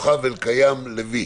אלקיים לוי,